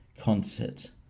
concert